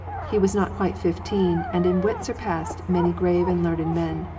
he was not quite fifteen and in wit surpassed many grave and learned men.